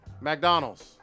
McDonald's